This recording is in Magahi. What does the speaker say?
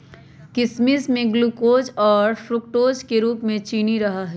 किशमिश में ग्लूकोज और फ्रुक्टोज के रूप में चीनी रहा हई